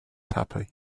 happy